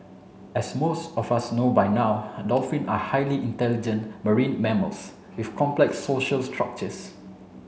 as most of us know by now dolphins are highly intelligent marine mammals with complex social structures